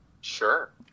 Sure